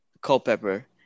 Culpepper